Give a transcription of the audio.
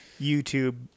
YouTube